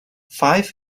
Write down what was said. five